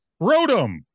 Rotom